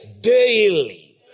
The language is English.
Daily